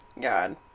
god